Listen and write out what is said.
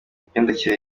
migendekere